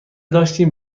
داشتیم